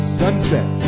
sunset